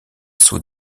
sceau